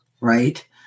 right